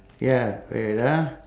ya wait ah